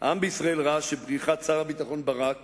ראה שבריחת שר הביטחון ברק